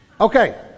okay